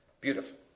Beautiful